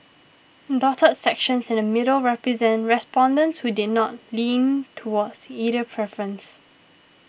dotted sections in the middle represent respondents who did not lean towards either preference